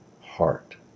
heart